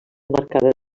emmarcada